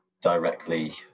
directly